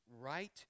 right